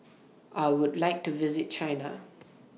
I Would like to visit China